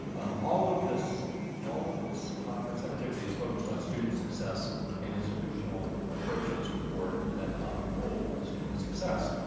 um all of this all of this conference activity is focused on student success and institutional approaches toward that common goal of student success.